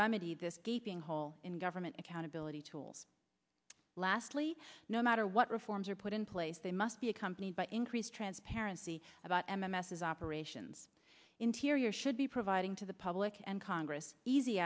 remedy this gaping hole in government accountability tools lastly no matter what reforms are put in place they must be accompanied by increased transparency about m m s as operations interior should be providing to the public and congress easy